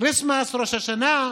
כריסטמס, ראש השנה,